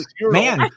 Man